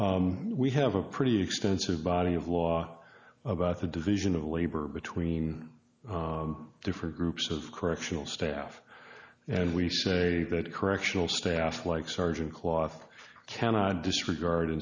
here we have a pretty extensive body of law about the division of labor between different groups of correctional staff and we say that correctional staff like sergeant cloth cannot disregard